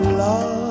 love